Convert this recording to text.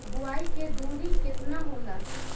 बुआई के दूरी केतना होला?